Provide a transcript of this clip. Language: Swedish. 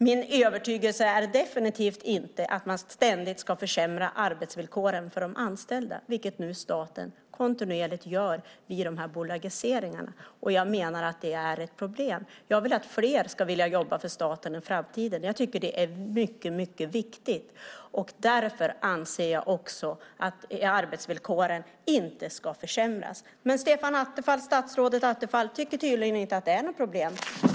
Min övertygelse är definitivt inte att man ständigt ska försämra arbetsvillkoren för de anställda, vilket nu staten kontinuerligt gör genom bolagiseringarna. Jag menar att det är ett problem. Jag vill att fler ska vilja jobba för staten i framtiden. Det är mycket, mycket viktigt. Därför anser jag också att arbetsvillkoren inte ska försämras. Men statsrådet Attefall tycker tydligen inte att det är något problem.